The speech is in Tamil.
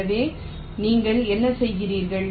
எனவே நீங்கள் என்ன செய்கிறீர்கள்